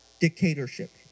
dictatorship